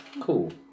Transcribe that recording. cool